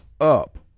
up